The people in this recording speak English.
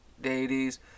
deities